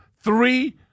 three